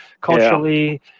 culturally